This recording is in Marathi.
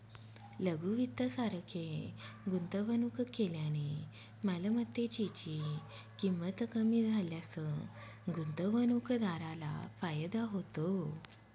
लघु वित्त सारखे गुंतवणूक केल्याने मालमत्तेची ची किंमत कमी झाल्यास गुंतवणूकदाराला फायदा होतो